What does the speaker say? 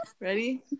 Ready